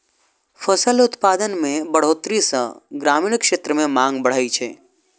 फसल उत्पादन मे बढ़ोतरी सं ग्रामीण क्षेत्र मे मांग बढ़ै छै